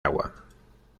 agua